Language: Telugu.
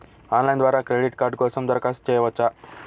ఆన్లైన్ ద్వారా క్రెడిట్ కార్డ్ కోసం దరఖాస్తు చేయవచ్చా?